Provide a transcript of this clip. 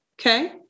okay